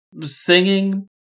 singing